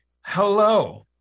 Hello